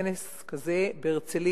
כנס כזה בהרצלייה.